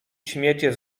śmiecie